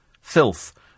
Filth